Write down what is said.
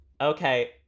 Okay